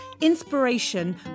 inspiration